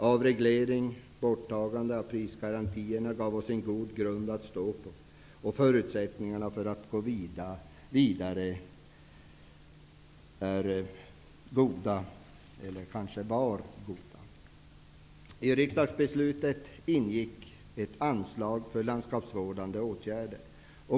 Avregleringen och borttagandet av prisgarantierna gav oss en god grund att stå på. Förutsättningarna för att gå vidare är goda -- eller kanske var goda. I riksdagsbeslut ingick ett anslag för landskapsvårdande åtgärder.